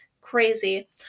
Crazy